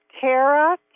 Tara